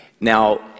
Now